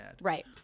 Right